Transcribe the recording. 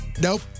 Nope